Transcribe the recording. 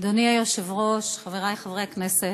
אדוני היושב-ראש, חברי חברי הכנסת,